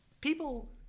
People